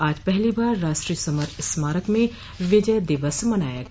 आज पहली बार राष्ट्रीय समर स्मारक में विजय दिवस मनाया गया